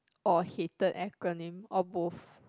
or hated acronym or both